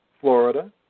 Florida